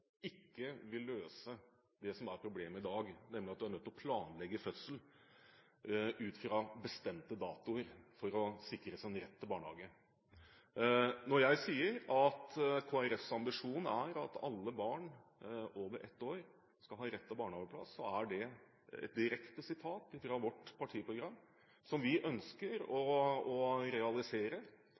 ikke vil løse det som er problemet i dag, nemlig at du er nødt til å planlegge fødselen ut fra bestemte datoer for å sikres en rett til barnehageplass. Når jeg sier at Kristelig Folkepartis ambisjon er at alle barn over ett år skal ha rett til barnehageplass, er det et direkte sitat fra vårt partiprogram, som vi ønsker å realisere.